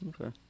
okay